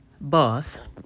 boss